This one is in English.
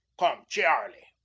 come, chearlie!